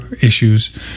issues